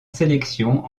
sélection